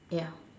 ya